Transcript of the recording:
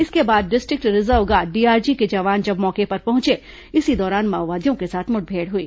इसके बाद district reserve guard DRG के जवान जब मौके पर पहुंचे इसी दौरान माओवादियों के साथ मुठभेड़ हुई